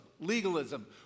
Legalism